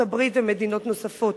ארצות-הברית ומדינות נוספות,